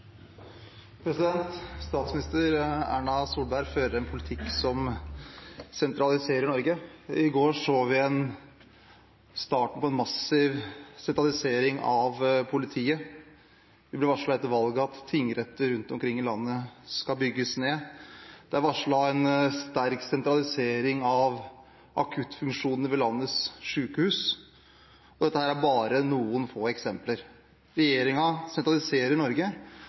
Statsminister Erna Solberg fører en politikk som sentraliserer Norge. I går så vi starten på en massiv sentralisering av politiet. Det ble etter valget varslet at tingretter rundt omkring i landet skal bygges ned. Det er varslet en sterk sentralisering av akuttfunksjonene ved landets sykehus. Dette er bare noen få eksempler. Regjeringen sentraliserer Norge,